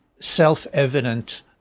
self-evident